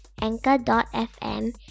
Anchor.fm